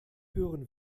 hören